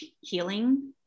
healing